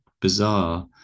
bizarre